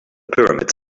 pyramids